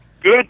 Good